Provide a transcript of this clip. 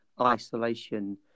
Isolation